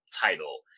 title